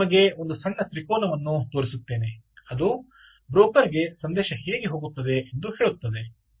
ಈಗ ನಿಮಗೆ ಒಂದು ಸಣ್ಣ ತ್ರಿಕೋನವನ್ನು ತೋರಿಸುತ್ತೇನೆ ಅದು ಅದು ಬ್ರೋಕರ್ ಗೆ ಸಂದೇಶ ಹೇಗೆ ಹೋಗುತ್ತದೆ ಎಂದು ಹೇಳುತ್ತದೆ